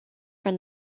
from